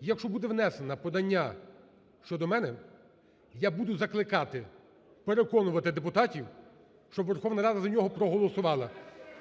якщо буде внесено подання щодо мене, я буду закликати переконувати депутатів, щоб Верховна Рада за нього проголосувала.